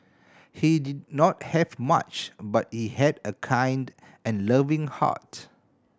he did not have much but he had a kind and loving heart